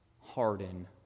harden